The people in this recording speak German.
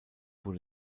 wurde